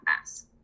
mass